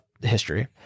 history